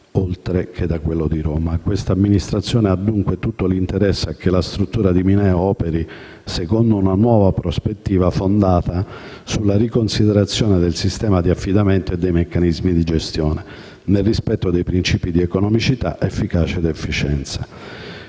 oltre che da quello di Roma. Questa amministrazione ha dunque tutto l'interesse a che la struttura di Mineo operi secondo una nuova prospettiva fondata sulla riconsiderazione del sistema di affidamento e dei meccanismi di gestione, nel rispetto dei principi di economicità, efficacia ed efficienza.